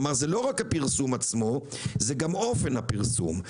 כלומר זה לא רק הפרסום עצמו זה גם אופן הפרסום.